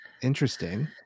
interesting